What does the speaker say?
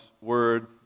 word